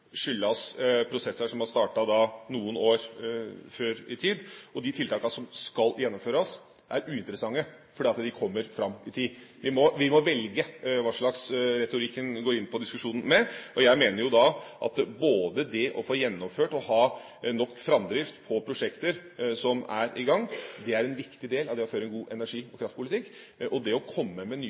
skyldes prosesser som har startet noen år før i tid, og de tiltakene som skal gjennomføres, er uinteressante fordi de kommer fram i tid. De er utsatt. Vi må velge hva slags retorikk en går inn i diskusjonen med. Jeg mener at både det å få gjennomført prosjekter og ha nok framdrift i prosjekter som er i gang, er en viktig del av det å føre en god energi- og kraftpolitikk, og det å komme med nye